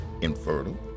infertile